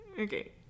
Okay